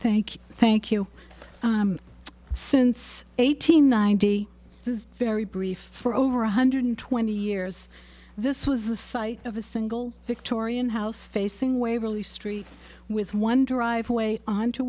thank you thank you since eighty nine day is very brief for over one hundred twenty years this was the sight of a single victorian house facing waverly street with one driveway onto